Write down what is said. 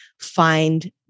find